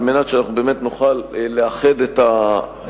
על מנת שאנחנו באמת נוכל לאחד את כל